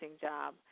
job